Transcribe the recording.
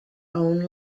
own